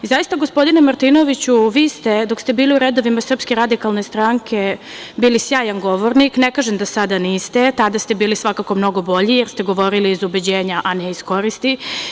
Zaista, gospodine Martinoviću, vi ste, dok ste bili u redovima SRS, bili sjajan govornik, ne kažem da sada niste, tada ste bili svakako mnogo bolji, jer ste govorili iz ubeđenja, a ne iz koristi.